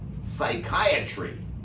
psychiatry